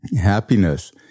Happiness